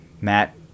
Matt